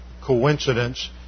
coincidence